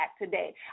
today